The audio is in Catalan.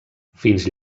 fins